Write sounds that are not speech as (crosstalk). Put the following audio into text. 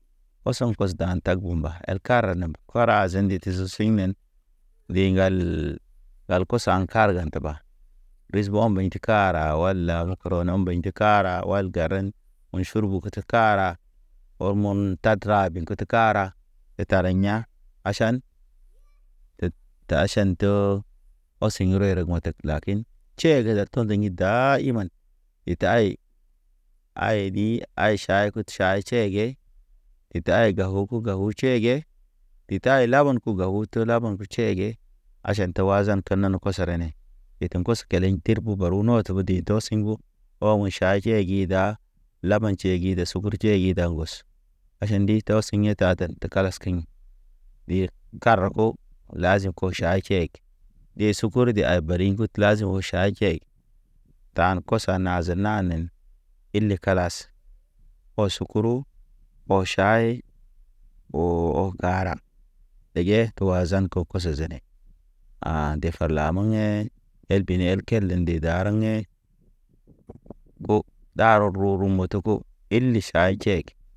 Ɔsoŋ kɔsdaŋ tag bumba elka kara nama kura azinde te se sigmen, di ŋgal, ŋgal kos aŋ karga te ɓa. Rizbo̰ mbehinti kara wal la (hesitation) rɔ nam mbehinti ka. E kara wal garen. Me ʃurubu ke te kara, ɔr mɔn tatra bin kət kara. E tarə ya̰ aʃan, (hesitation) te aʃan to. Osiŋ ge rɔy reg motek lakin, tʃege da to̰ i dayman, e tay. Ayedi aye ʃaykud ʃay tʃehege e tay gaw uku u gaw tʃehege. Di tay laban ku gawu te laban ge tʃehege. Aʃan te wazan tenan kosere ne, ɓeteŋ ŋgos geleŋ tir bo baru nɔ tebe de dɔ siŋgo. Ɔ ho ʃiya kiya gida, laban tʃiya gi da sugur tiya gida ŋgɔs. Aʃan ndi taw siɲe taten te kalas keɲ, ɗir karaɓo, lazi ko ʃay kihek. Ɗe sukuru de a bari ŋgut lazim o ʃay kɛ. Tan koza naze nanen, ile kalas kɔ sukuru. Ɓɔ ʃay ɓo o garam, ɗege to azan ko koso zene. An nde far lameŋ hḛ, el bini el kel nde dareŋ hḛ, bo ɗa ruru moto ko ile ʃa jek.